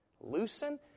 Loosen